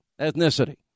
ethnicity